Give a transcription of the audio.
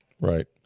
Right